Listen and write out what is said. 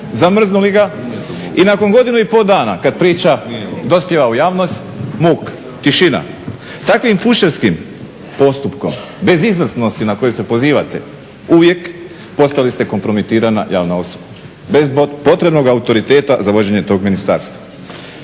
zamrznuli ga i nakon godinu i pol dana kad priča dospijeva u javnost muk, tišina. Takvim fuševskim postupkom bez izvrsnosti na koju se pozivate uvijek postali ste kompromitirana javna osoba bez potrebnog autoriteta za vođenje tog ministarstva.